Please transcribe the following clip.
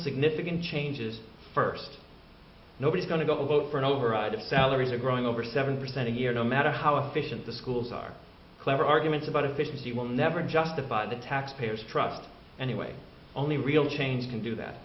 significant changes first nobody's going to go vote for an override of salaries are growing over seven percent a year no matter how efficient the schools are clever arguments about efficiency will never justify the taxpayers truck anyway only real change can do that